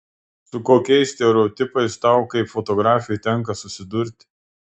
su kokiais stereotipais tau kaip fotografei tenka susidurti